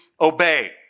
obey